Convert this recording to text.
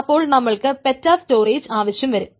അപ്പോൾ നമ്മൾക്ക് peta storage ആവശ്യം വരും